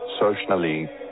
socially